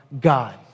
God